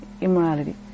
immorality